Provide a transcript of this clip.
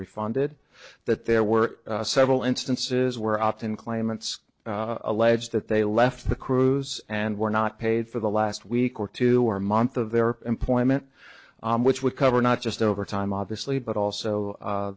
refunded that there were several instances where often claimants allege that they left the crews and were not paid for the last week or two or month of their employment which would cover not just overtime obviously but also